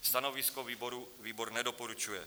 Stanovisko výboru: výbor nedoporučuje.